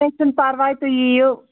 کینٛہہ چھُنہٕ پَرواے تُہۍ یِیِو